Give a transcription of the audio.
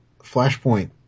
Flashpoint